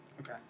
Okay